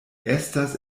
estas